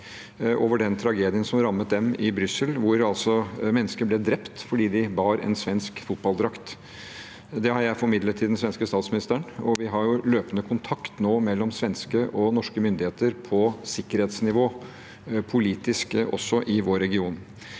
i den tragedien som rammet dem i Brussel, hvor mennesker ble drept fordi de bar en svensk fotballdrakt. Det har jeg formidlet til den svenske statsministeren, og vi har nå løpende kontakt mellom svenske og norske myndigheter på sikkerhetsnivå, også politisk, i vår region.